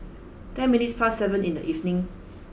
ten minutes past seven in the evening